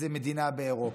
איזה מדינה באירופה.